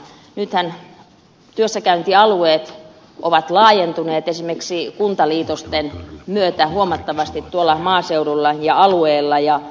nythän työssäkäyntialueet ovat laajentuneet esimerkiksi kuntaliitosten myötä huomattavasti tuolla maaseudulla ja alueilla